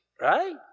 right